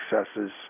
successes